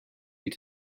need